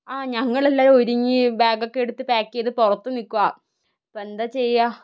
ആ ഞങ്ങള് എല്ലാവരും ഒരുങ്ങി ബാഗ് ഒക്കെ എടുത്ത് പാക്ക് ചെയ്ത് പുറത്ത് നിൽക്കുകയാണ് ഇപ്പം എന്താ ചെയ്യുക